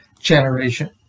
generation